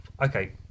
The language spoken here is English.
okay